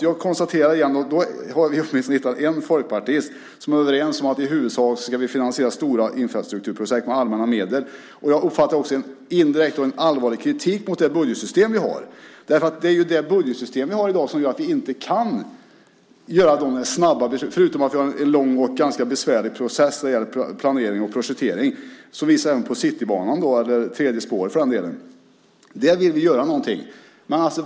Jag konstaterar att vi har en folkpartist som är överens om att vi i huvudsak ska finansiera stora infrastrukturprojekt med allmänna medel. Jag uppfattar då också indirekt en allvarlig kritik mot det budgetsystem som vi har. Det är ju det budgetsystem vi har i dag som gör att vi inte kan fatta snabba beslut, förutom att vi har en lång och ganska besvärlig process när det gäller planering och projektering. Det visar Citybanan eller tredje spåret på. Där vill vi göra någonting.